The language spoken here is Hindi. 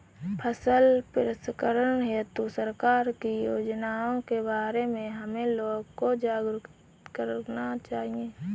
फसल प्रसंस्करण हेतु सरकार की योजनाओं के बारे में हमें लोगों को जागरूक करना चाहिए